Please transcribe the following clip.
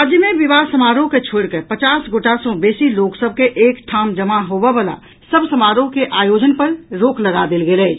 राज्य मे विवाह समारोह के छोड़ि कऽ पचास गोटा सँ बेसी लोक सभ के एक ठाम जमा होबयवला सभ समारोह के आयोजन पर रोक लगा देल गेल अछि